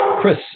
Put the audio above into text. chris